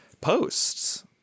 posts